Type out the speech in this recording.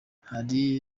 hari